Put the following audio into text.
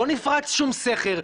לא נפרץ שום סחר,